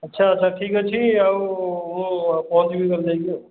ଆଚ୍ଛା ଆଚ୍ଛା ଠିକ୍ ଅଛି ଆଉ ମୁଁ ପହଞ୍ଚିବି ଘରେ ଯାଇକି ଆଉ